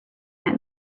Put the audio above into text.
that